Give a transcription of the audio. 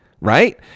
Right